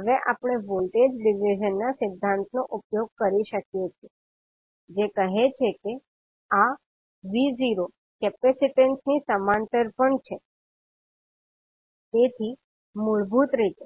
હવે આપણે voltage division ના સિદ્ધાંતનો ઉપયોગ કરી શકીએ છીએ જે કહે છે કે આ 𝑉0 કેપેસિટીન્સની સમાંતર પણ છે તેથી મૂળભૂત રીતે